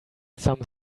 some